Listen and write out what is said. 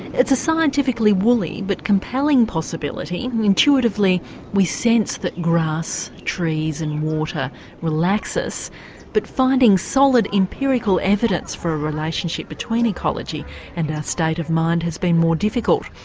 it's a scientifically woolly but compelling possibility. intuitively we sense that grass, trees and water relax us but finding solid empirical evidence for a relationship between ecology and our state of mind has been more difficult.